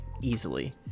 easily